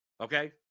Okay